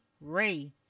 Ray